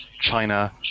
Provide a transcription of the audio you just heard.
China